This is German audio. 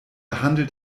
handelt